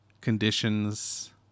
conditions